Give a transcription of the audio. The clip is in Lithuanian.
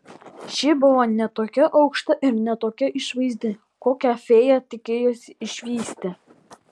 ši buvo ne tokia aukšta ir ne tokia išvaizdi kokią fėja tikėjosi išvysti